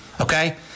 okay